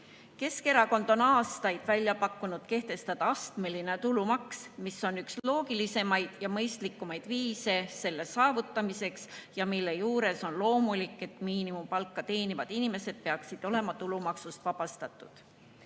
Keskerakond on aastaid välja pakkunud kehtestada astmeline tulumaks, mis on selle saavutamiseks üks loogilisemaid ja mõistlikumaid viise ja mille juures on loomulik, et miinimumpalka teenivad inimesed peaksid olema tulumaksust vabastatud.